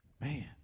Man